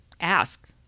ask